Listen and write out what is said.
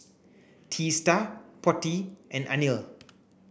Teesta Potti and Anil